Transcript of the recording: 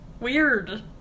Weird